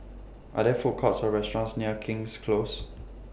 Are There Food Courts Or restaurants near King's Close